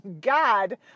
God